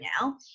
now